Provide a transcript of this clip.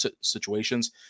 situations